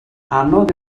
anodd